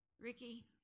Ricky